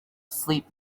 sleep